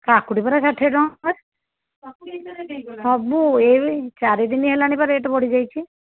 କାକୁଡି଼ ପରା ଷାଠିଏଟଙ୍କା ସବୁ ଏଇ ଚାରିଦିନି ହେଲାଣି ପରା ରେଟ୍ ବଢ଼ିଯାଇଛି